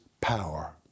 power